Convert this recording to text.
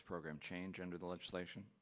this program change under the legislation